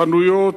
חנויות,